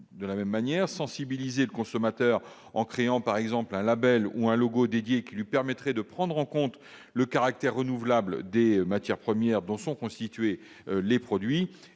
du grand public, sensibiliser le consommateur en créant par exemple un label ou un logo dédié qui lui permettrait de prendre en compte le caractère renouvelable des matières premières dont sont constitués les produits.